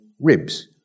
ribs